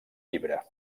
llibre